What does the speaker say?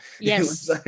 Yes